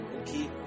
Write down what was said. okay